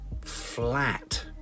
flat